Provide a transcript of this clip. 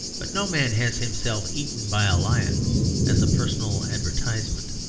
but no man has himself eaten by a lion as a personal advertisement.